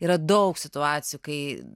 yra daug situacijų kai